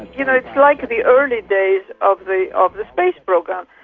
you know, it's like the early days of the of the space program.